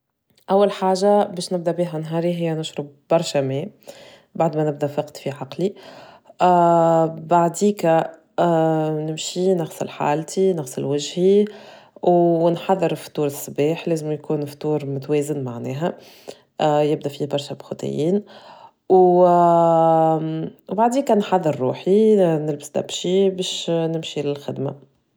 أول حاجة بيش نبدأ بيها نهاري هي نشرب برشا ماء بعد ما نبدأ فقط في حقلي بعد ذيكا نمشي نغسل حالتي نغسل وجهي ونحذر فطور الصباح لازم يكون فطور متوازن معناها يبدأ فيه برشا بخطيين وبعد ذيكا نحذر روحي نلبس دبشي بيش نمشي للخدمة.